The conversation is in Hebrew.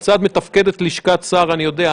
כיצד מתפקדת לשכת השר אני יודע.